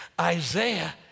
Isaiah